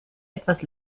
etwas